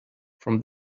from